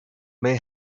may